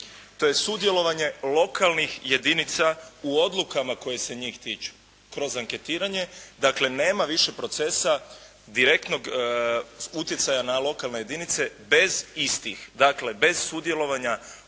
to je sudjelovanje lokalnih jedinica u odlukama koje se njih tiču kroz anketiranje. Dakle, nema više procesa direktnog utjecaja na lokalne jedinice bez istih, dakle bez sudjelovanja